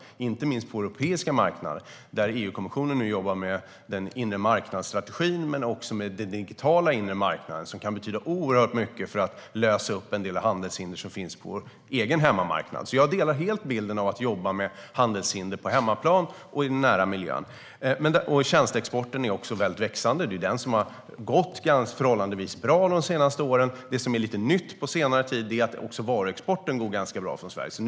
Det gäller inte minst på europeiska marknader, där EU-kommissionen nu jobbar med den inremarknadsstrategin, men det handlar också om den digitala inre marknaden som kan betyda oerhört mycket för att lösa upp en del handelshinder som finns på vår egen hemmamarknad. Jag delar alltså helt bilden av att vi ska jobba med handelshinder på hemmaplan och i den nära miljön. Tjänsteexporten är också växande. Det är den som har gått förhållandevis bra de senaste åren. Det som är lite nytt på senare tid är att också varuexporten från Sverige går ganska bra.